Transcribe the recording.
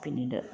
പിന്നീട്